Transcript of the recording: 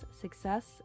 success